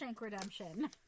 Redemption